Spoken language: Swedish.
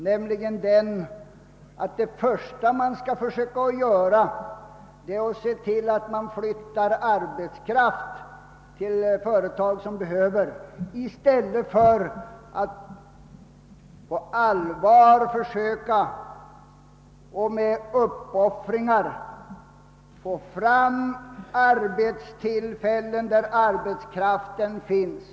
Den går ut på att det första man skall försöka att göra är att flytta arbetskraft till företag som behöver sådan i stället för att på allvar försöka att med uppoffringar få fram arbetstillfällen där arbetskraften finns.